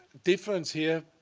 difference here.